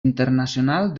internacional